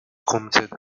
commented